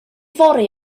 fory